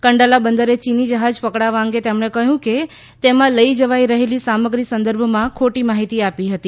કંડલા બંદરે ચીની જહાજ પકડાવા અંગે તેમણે કહ્યું કે તેમાં લઇ જવાઇ રહેલી સામગ્રી સંદર્ભમાં ખોટી માફીતી આપી હતી